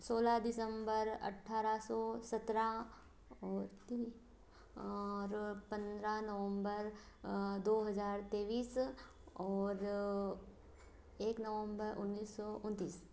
सोलह दिसंबर उन्नीस अठारह सौ सत्रह और और पंद्रह नवोम्बर उन्नीस दो हजार तेईस और एक नोवम्ब उन्नीस सौ उनतीस